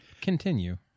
Continue